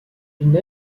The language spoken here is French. une